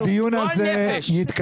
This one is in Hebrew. הדיון הזה יתקיים,